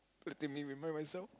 let me remind myself